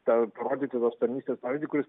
tą parodyti tos tarnystės pavyzdį kuris